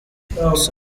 sundowns